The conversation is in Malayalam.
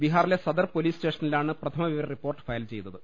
ബിഹാറിലെ സദർ പൊലീസ് സ്റ്റേഷനിലാണ് പ്രഥമ വിവരറിപ്പോർട്ട് ഫയൽചെയ്തത്